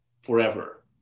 forever